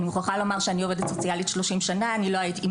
אני מוכרחה לומר שאני עובדת סוציאלית 30 שנה,